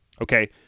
Okay